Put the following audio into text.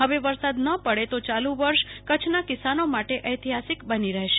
હવે વરસાદ ન પડે તો ચાલુ વર્ષ કચ્છના કિસાનો માટે ઐતિહાસિક બની રહેશે